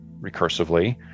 recursively